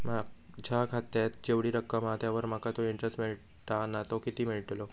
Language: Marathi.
माझ्या खात्यात जेवढी रक्कम हा त्यावर माका तो इंटरेस्ट मिळता ना तो किती मिळतलो?